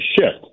shift